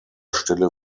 stelle